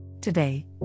Today